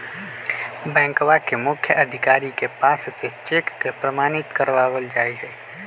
बैंकवा के मुख्य अधिकारी के पास से चेक के प्रमाणित करवावल जाहई